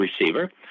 receiver